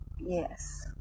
Yes